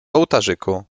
ołtarzyku